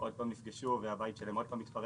עוד פעם הן נפגעו והבית שלהן עוד פעם התפרק.